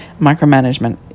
micromanagement